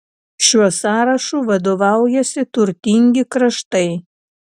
šiuo sąrašu vadovaujasi turtingi kraštai